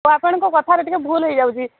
ହଉ ଆପଣଙ୍କ କଥାଟ ଟିକେଏ ଭୁଲ ହେଇଯାଉଚି